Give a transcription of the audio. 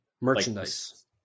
merchandise